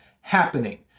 happening